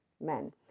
men